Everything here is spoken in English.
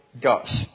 guts